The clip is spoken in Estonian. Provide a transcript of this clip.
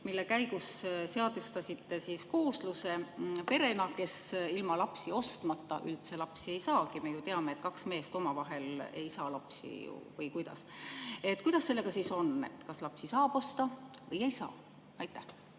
mille käigus seadustasite perekoosluse, kes ilma lapsi ostmata üldse lapsi ei saagi. Me ju teame, et kaks meest omavahel ei saa lapsi. Või kuidas? Kuidas sellega siis on: kas lapsi saab osta või ei saa osta? Aitäh!